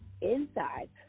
inside